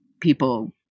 people